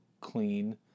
clean